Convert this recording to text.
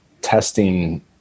testing